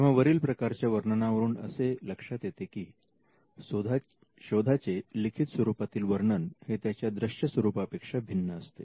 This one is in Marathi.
तेव्हा वरील प्रकारच्या वर्णनावरून आपल्या असे लक्षात येते की शोधाचे लिखित स्वरूपातील वर्णन हे त्याच्या दृष्य स्वरूपा पेक्षा भिन्न असते